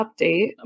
update